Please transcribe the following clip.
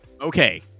okay